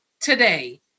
today